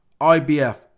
IBF